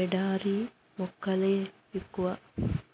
ఎడారి మొక్కలే ఎక్కువ